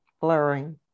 blurring